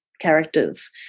characters